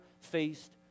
faced